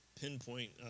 pinpoint